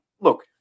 look